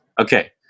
Okay